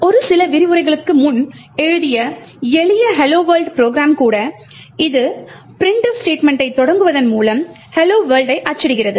ஒரு சில விரிவுரைகளுக்கு முன் எழுதியுள்ள எளிய Hello world ப்ரோக்ராம் கூட இது printf ஸ்டேட்மெண்டைத் தொடங்குவதன் மூலம் "hello world" ஐ அச்சிடுகிறது